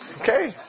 Okay